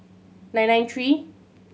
nine nine three